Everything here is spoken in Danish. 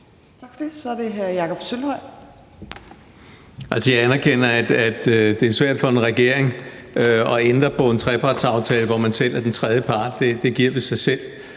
Jeg anerkender, at det er svært for en regering at ændre på en trepartsaftale, hvor man selv er den tredje part. Det giver vist sig selv.